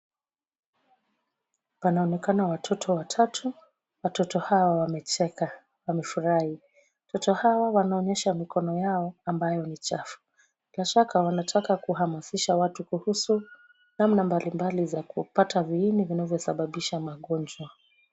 Panaonekana watoto watatu, watoto hawa wamecheka, wamefurahi. Watoto hawa wanaonyesha mikono yao ambayo ni chafu. Bila shaka wanataka kuhamasisha watu kuhusu namna mbalimbali za kuupata viini vinavyosababisha magonjwa.